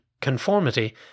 conformity